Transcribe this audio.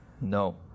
no